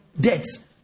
debts